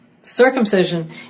Circumcision